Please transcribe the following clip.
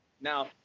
Now